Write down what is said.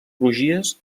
crugies